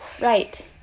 Right